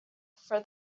for